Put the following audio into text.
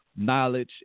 knowledge